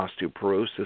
osteoporosis